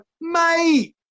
mate